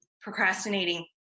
procrastinating